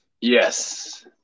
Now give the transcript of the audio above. Yes